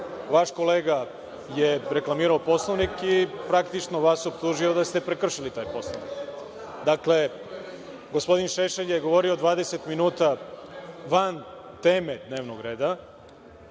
Vaš kolega je reklamirao Poslovnik i praktično vas optužio da ste prekršili taj Poslovnik. Dakle, gospodin Šešelj je govorio 20 minuta van teme dnevnog reda